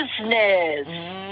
business